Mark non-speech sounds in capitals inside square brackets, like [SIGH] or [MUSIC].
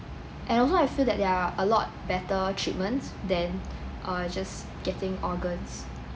and also I feel that there're a lot better treatments than [BREATH] uh just getting organs